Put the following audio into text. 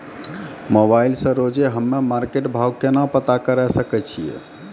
Mobile से रोजे हम्मे मार्केट भाव केना पता करे सकय छियै?